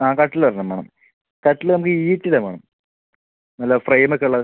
ആ കട്ടിൽ ഒരെണ്ണം വേണം കട്ടില് നമുക്ക് ഈട്ടീടെ വേണം നല്ല ഫ്രെയിമ് ഒക്കെ ഉള്ള